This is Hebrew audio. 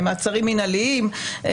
מעצרים מינהליים,